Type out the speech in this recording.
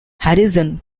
harrison